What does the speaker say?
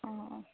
অঁ অঁ